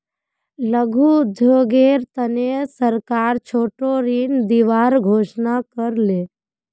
लघु उद्योगेर तने सरकार छोटो ऋण दिबार घोषणा कर ले